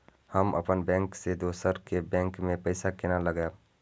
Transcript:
हम अपन बैंक से दोसर के बैंक में पैसा केना लगाव?